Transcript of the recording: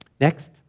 Next